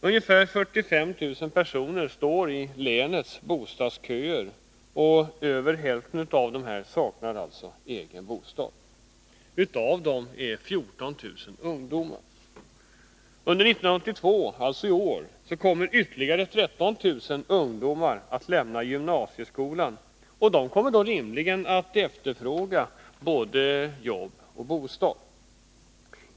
Cirka 45 000 personer står i länets bostadsköer och över hälften av dessa saknar egen bostad. Av dessa är ca 14000 ungdomar. Under 1982 kommer ytterligare 13 000 ungdomar att lämna gymnasieskolan och kommer då rimligen att efterfråga både jobb och bostad.